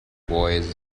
boy